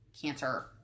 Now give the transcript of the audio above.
cancer